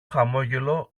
χαμόγελο